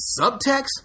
subtext